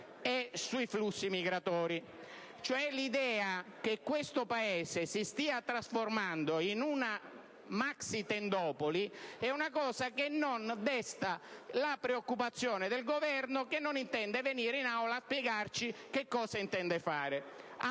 e sui flussi migratori. L'idea che questo Paese si stia trasformando in una maxitendopoli è una cosa che non desta la preoccupazione del Governo, che non intende venire in Aula a spiegarci cosa intende fare.